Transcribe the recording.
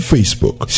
Facebook